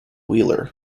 wheeler